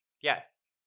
Yes